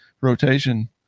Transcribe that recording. rotation